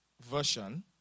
version